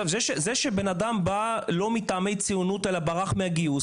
זה שבן אדם בא לא מטעמי ציונות אלא ברח מהגיוס,